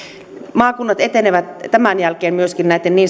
maakunnat etenevät tämän jälkeen myöskin näitten niin